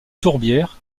tourbière